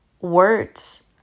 words